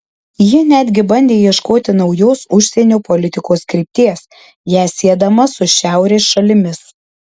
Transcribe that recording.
ji netgi bandė ieškoti naujos užsienio politikos krypties ją siedama su šiaurės šalimis